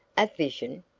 a vision?